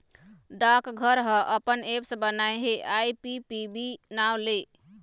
डाकघर ह अपन ऐप्स बनाए हे आई.पी.पी.बी नांव ले